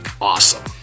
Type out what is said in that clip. awesome